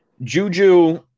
Juju